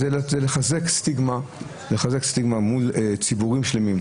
הוא חיזוק סטיגמה מול ציבורים שלמים,